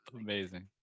Amazing